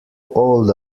old